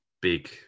big